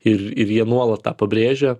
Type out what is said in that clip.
ir ir jie nuolat tą pabrėžia